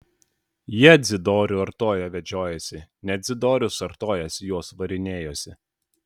jie dzidorių artoją vedžiojosi ne dzidorius artojas juos varinėjosi